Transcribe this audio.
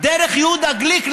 דרך יהודה גליק,